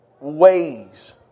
ways